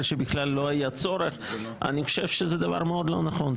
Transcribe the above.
שבכלל לא היה צורך זה דבר מאוד לא נכון,